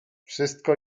wszystko